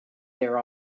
their